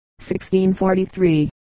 1643